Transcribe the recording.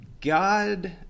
God